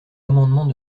amendement